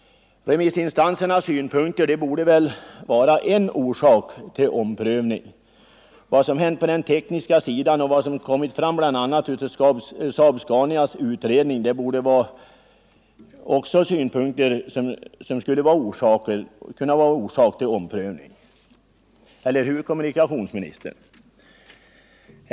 Remissinstansernas synpunkter borde också vara en orsak till omprövning. Det som hänt på den tekniska sidan och de synpunkter som kommit fram genom bl.a. Saab-SCANIA:s utredning skulle kunna vara orsak till omprövning, eller hur, herr kommunikationsminister?